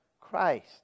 Christ